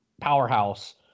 powerhouse